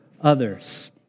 others